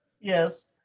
Yes